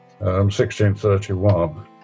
1631